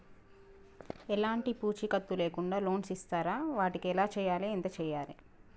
ఎలాంటి పూచీకత్తు లేకుండా లోన్స్ ఇస్తారా వాటికి ఎలా చేయాలి ఎంత చేయాలి?